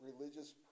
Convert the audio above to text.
religious